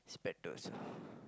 expected also